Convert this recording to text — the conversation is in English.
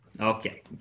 Okay